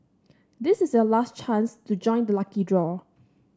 this is your last chance to join the lucky draw